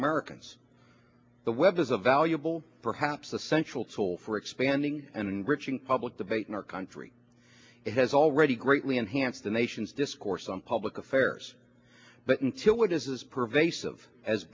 americans the web is a valuable perhaps essential tool for expanding and rich in public debate in our country it has already greatly enhanced the nation's discourse on public affairs but until it is pervasive as